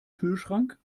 kühlschrank